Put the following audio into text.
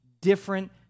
different